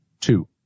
Two